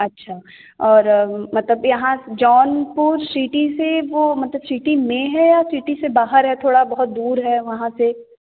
अच्छा और मतलब यहाँ जौनपुर सिटी से वो मतलब सिटी में है या सिटी से बाहर है थोड़ा बहुत दूर है वहाँ से